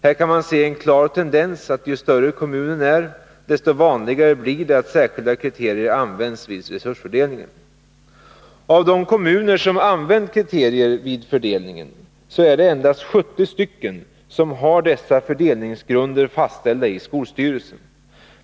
Här kan man se en klar tendens, att ju större kommunen är, desto vanligare blir det att särskilda kriterier används vid resursfördelningen. Av de kommuner som använt kriterier vid fördelning är det endast 70 som har dessa fördelningsgrunder fastställda i skolstyrelsen.